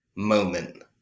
Moment